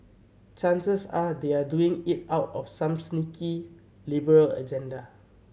chances are they are doing it out of some sneaky liberal agenda